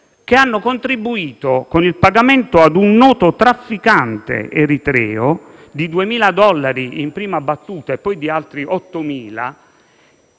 che hanno contribuito con il pagamento ad un noto trafficante eritreo di 2.000 euro, in prima battuta, e poi di altri 8.000.